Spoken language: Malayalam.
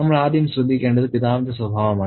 നമ്മൾ ആദ്യം ശ്രദ്ധിക്കേണ്ടത് പിതാവിന്റെ സ്വഭാവമാണ്